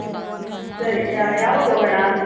ಸರಿ ಯ ಯಾವಾಗೋಗೋಣ